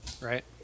right